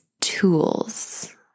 tools